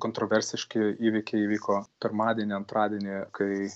kontroversiški įvykiai vyko pirmadienį antradienį kai